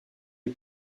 les